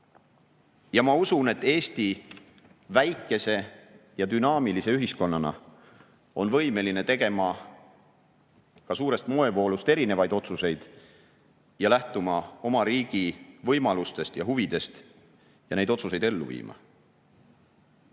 Ma usun, et Eesti väikese ja dünaamilise ühiskonnana on võimeline tegema ka suurest moevoolust erinevaid otsuseid, lähtuma oma riigi võimalustest ja huvidest ning neid otsuseid ellu viima.